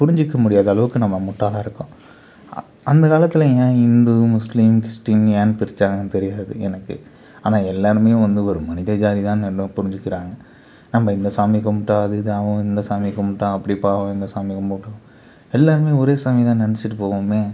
புரிஞ்சிக்க முடியாத அளவுக்கு நம்ம முட்டாளாக இருக்கோம் அந்த காலத்தில் ஏன் இந்து முஸ்லீம் கிறிஸ்டீன் ஏன் பிரித்தாங்கனு தெரியாது எனக்கு ஆனால் எனக்கு எல்லோருமே வந்து ஒரு மனித ஜாதிதானு எல்லாம் புரிஞ்சுக்கிறாங்க நம்ம இந்த சாமி கும்பிட்டா அது இதாகும் இந்த சாமி கும்பிட்டா அப்படி பாவம் இந்த சாமி கும்பிட்டா எல்லாமே ஒரே சாமிதான் நினச்சிட்டு போவோமே